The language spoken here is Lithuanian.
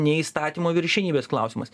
ne įstatymo viršenybės klausimas